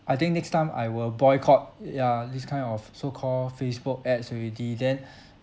I think next time I will boycott y~ ya this kind of so called facebook ads already then